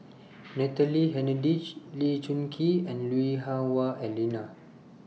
Natalie Hennedige Lee Choon Kee and Lui Hah Wah Elena